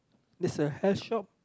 there's a hair shop